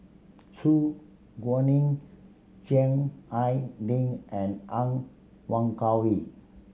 Su Guaning Chiang Hai Ding and Han